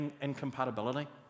incompatibility